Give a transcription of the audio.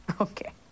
okay